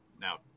now